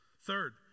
third